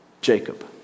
Jacob